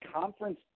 conference